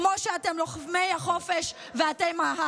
כמו שאתם לוחמי החופש ואתם ה-,